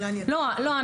לא.